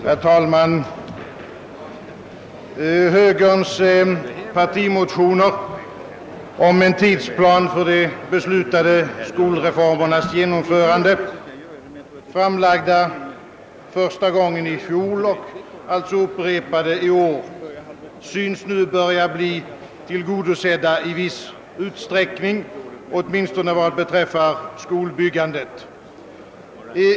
Herr talman! Högerns partimotiomer om en tidsplan för de beslutade skolreformernas genomförande, framlagda första gången i fjol och upprepade i år, synes nu börja bli tillgodosedda i viss utsträckning, åtminstone vad beträffar skolbyggandet.